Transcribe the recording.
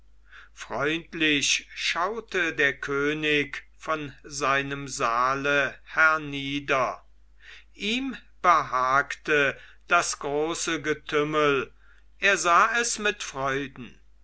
freundlich schaute der könig von seinem saale hernieder ihm behagte das große getümmel er sah es mit freuden